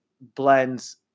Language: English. blends